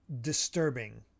disturbing